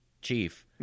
chief